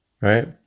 Right